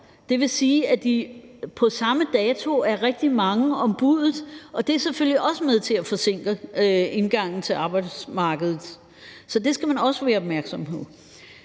Det vil sige, at de på samme dato er rigtig mange om buddet, og det er selvfølgelig også med til at forsinke indgangen til arbejdsmarkedet, så det skal man også være opmærksom på.